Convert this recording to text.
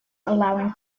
allowing